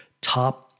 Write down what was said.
top